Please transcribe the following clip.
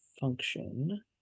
function